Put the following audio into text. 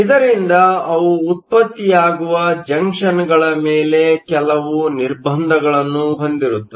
ಇದರಿಂದ ಅವು ಉತ್ಪತ್ತಿಯಾಗುವ ಜಂಕ್ಷನ್ಗಳ ಮೇಲೆ ಕೆಲವು ನಿರ್ಬಂಧಗಳನ್ನು ಹೊಂದಿರುತ್ತದೆ